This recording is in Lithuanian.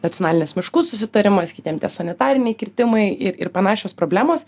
nacionalinės miškų susitarimas kitiem tie sanitariniai kirtimai ir panašios problemos